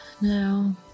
No